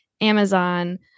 Amazon